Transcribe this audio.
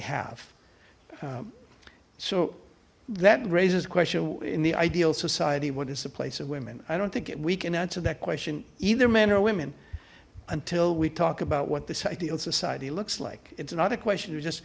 have so that raises question in the ideal society what is the place of women i don't think we can answer that question either men or women until we talk about what this ideal society looks like it's another question